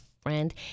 Friend